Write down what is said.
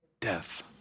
Death